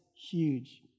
Huge